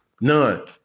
None